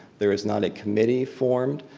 there is not a committee formed.